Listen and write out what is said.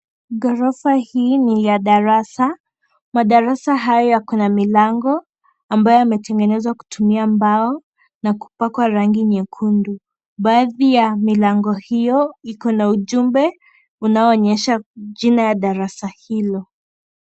Ghorofa hii ni ya darasa. Madarasa haya yako na milango ambayo yametengenezwa kutumia mbao na kupakwa rangi nyekundu. Baadhi ya milango hiyo iko na ujumbe unaoonyesha jina ya darasa hilo.